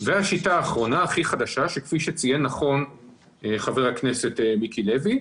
השיטה האחרונה הכי חדשה שכפי שציין נכון חבר הכנסת מיקי לוי,